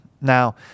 Now